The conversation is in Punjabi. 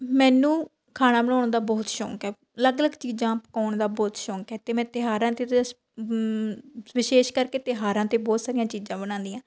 ਮੈਨੂੰ ਖਾਣਾ ਬਣਾਉਣ ਦਾ ਬਹੁਤ ਸ਼ੌਂਕ ਹੈ ਅਲੱਗ ਅਲੱਗ ਚੀਜ਼ਾਂ ਪਕਾਉਣ ਦਾ ਬਹੁਤ ਸ਼ੌਂਕ ਹੈ ਅਤੇ ਮੈਂ ਤਿਉਹਾਰਾਂ 'ਤੇ ਵਿਸ਼ੇਸ਼ ਕਰਕੇ ਤਿਉਹਾਰਾਂ 'ਤੇ ਬਹੁਤ ਸਾਰੀਆਂ ਚੀਜ਼ਾਂ ਬਣਾਉਂਦੀ ਹਾਂ